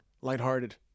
Lighthearted